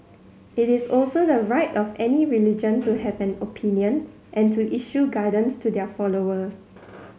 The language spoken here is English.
it is also the right of any religion to have an opinion and to issue guidance to their followers